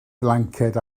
flanced